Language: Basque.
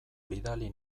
bidali